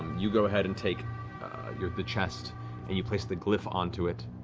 you go ahead and take the chest and you place the glyph onto it.